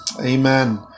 Amen